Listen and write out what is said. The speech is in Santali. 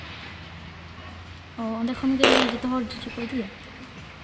ᱚ ᱚᱸᱰᱮ ᱠᱷᱚᱱ ᱜᱮ ᱡᱚᱛᱚ ᱦᱚᱲ ᱡᱚᱡᱚᱠᱚ ᱤᱫᱤᱭᱟ